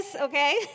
okay